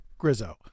Grizzo